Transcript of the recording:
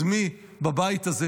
קודמי בבית הזה,